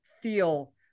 feel